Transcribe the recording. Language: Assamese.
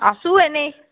আছোঁ এনেই